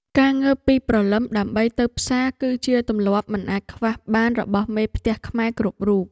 ការងើបពីព្រលឹមដើម្បីទៅផ្សារគឺជាទម្លាប់មិនអាចខ្វះបានរបស់មេផ្ទះខ្មែរគ្រប់រូប។